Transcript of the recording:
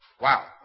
Wow